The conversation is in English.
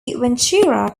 ventura